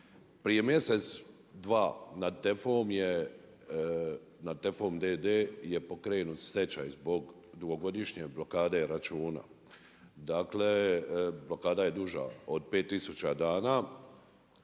Prije mjesec, dva nad TEF-om d.d. je pokrenut stečaj zbog dugogodišnje blokade računa, dakle blokada je duža od pet